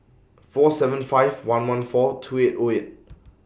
four seven five one one four two eight O eight